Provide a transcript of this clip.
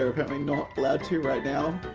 we're apparently not allowed to right now.